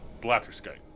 blatherskite